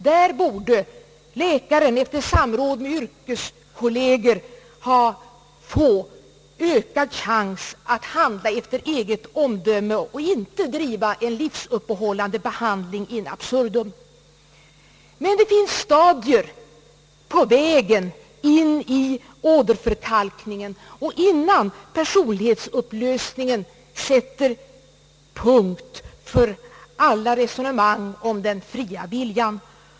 Där borde läkaren, efter samråd med yrkeskolleger, få ökad chans att handla efter eget omdöme och inte driva en livsuppehållande behandling in absurdum. Men det finns stadier på vägen in i åderförkalkningen och innan personlighetsupplösningen sätter punkt för alla resonemang om den fria viljan.